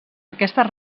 aquestes